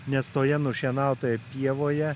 nes toje nušienautoje pievoje